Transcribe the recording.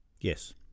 Yes